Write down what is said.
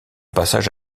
passage